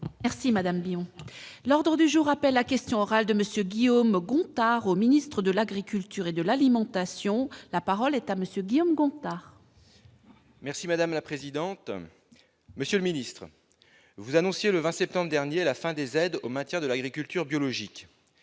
Merci madame Guillon. L'ordre du jour appelle à questions orales de Monsieur Guillaume Gontard au Ministre de l'Agriculture et de l'alimentation, la parole est à monsieur Guillaume Gontard. Merci madame la présidente, monsieur le ministre, vous annonciez le 20 septembre dernier à la fin des aides au maintien de l'agriculture biologique,